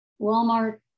Walmart